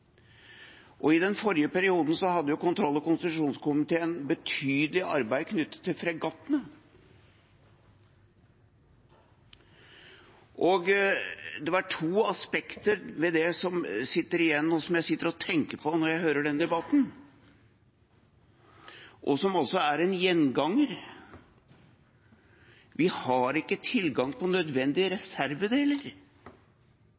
I den forrige perioden hadde jo kontroll- og konstitusjonskomiteen betydelig arbeid knyttet til fregattene. Det er to aspekter ved det som jeg sitter og tenker på når jeg hører denne debatten, og som er en gjenganger: Vi har ikke tilgang til nødvendige